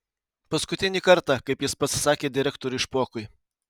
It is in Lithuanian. paskutinį kartą kaip jis pats sakė direktoriui špokui